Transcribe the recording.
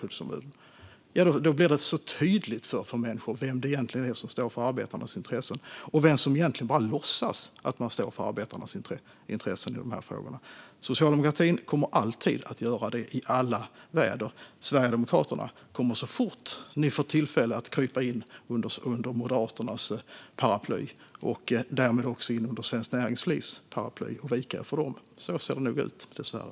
Det blir tydligt för människor vem det egentligen är som står för arbetarnas intressen och vem som egentligen bara låtsas göra det i de här frågorna. Socialdemokratin kommer alltid att göra det i alla väder. Ni i Sverigedemokraterna kommer, så fort ni får tillfälle att krypa in under Moderaternas paraply och därmed också under Svenskt Näringslivs paraply, att vika er för dem. Så ser det nog ut, dessvärre.